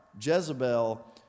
Jezebel